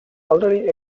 already